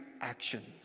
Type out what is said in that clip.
actions